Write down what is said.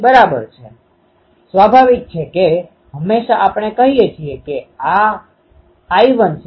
હવે જો બે એરે એન્ટેના આપણે સાથે રાખીએ તો શું થશે તેનો અર્થ એ કે ચાલો આપણે કહીએ કે એન્ટેના હજી પણ z દિશાની વસ્તુઓમાં છે